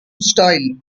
style